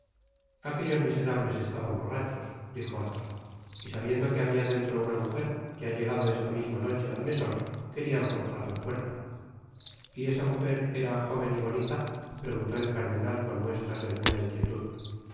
aquellos miserables estaban borrachos dijo atbos y sabiendo que habia dentro una mujer que ha llegado esta misma noche al meson querían forzar la puerta y esa mujer era jóven y bonita preguntó el cardenal con muestras de alguna inquietud